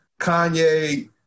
Kanye –